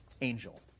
angel